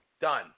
Done